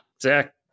Zach